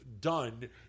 done